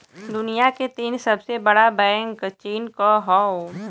दुनिया के तीन सबसे बड़ा बैंक चीन क हौ